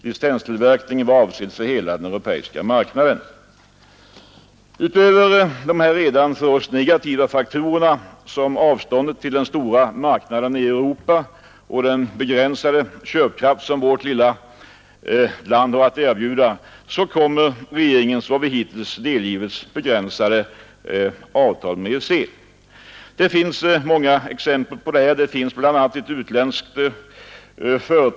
Licenstillverkningen var avsedd för hela den europeiska marknaden. Utöver dessa för oss negativa faktorer — avståndet till den stora marknaden i Europa och den begränsade köpkraft som vårt lilla land kan erbjuda — kommer regeringens, enligt vad vi hittills delgivits, begränsade avtal med EEC. Det finns många exempel på företag som kommer att drabbas hårt.